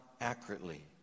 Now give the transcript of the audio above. accurately